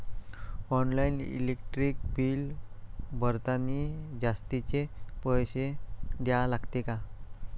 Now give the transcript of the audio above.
Online electric bill भरतानी जास्तचे पैसे द्या लागते का?